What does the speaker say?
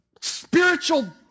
spiritual